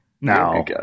Now